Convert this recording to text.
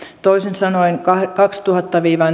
toisin sanoen kahdentuhannen viiva